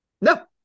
No